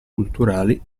culturali